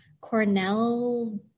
Cornell